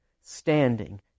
standing